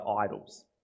idols